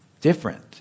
different